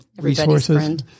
resources